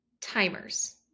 Timers